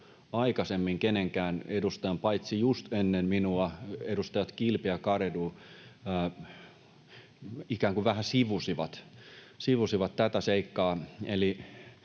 aikaisemmin kenenkään edustajan sanovan, paitsi just ennen minua edustajat Kilpi ja Garedew ikään kuin vähän sivusivat tätä seikkaa.